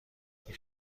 این